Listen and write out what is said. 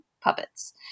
puppets